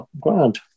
grand